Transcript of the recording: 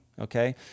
okay